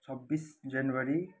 छब्बिस जनवरी